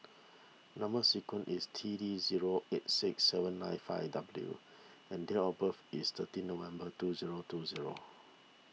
Number Sequence is T D zero eight six seven nine five W and date of birth is thirty November two zero two zero